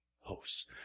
hosts